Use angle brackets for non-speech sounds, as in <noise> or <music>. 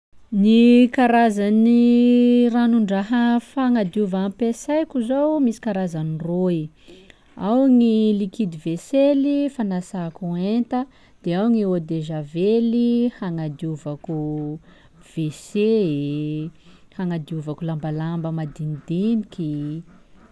Gny karazany <hesitation> ranon-draha fagnadiova ampiasaiko zao misy karazany roy: ao gny likidy vesely fanasako henta, de ao ny eau de javely hagnadiovako wc, hagnadiovako lambalamba madinidiniky.